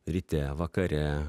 ryte vakare